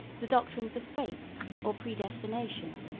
the doctrines of fate or predestination,